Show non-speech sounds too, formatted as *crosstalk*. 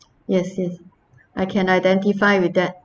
*noise* yes yes I can identify with that